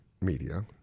media